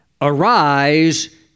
arise